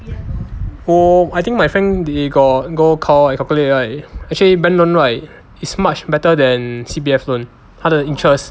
我 I think my friend they got go call and calculate right actually bank loan right is much better than C_P_F loan 他的 interest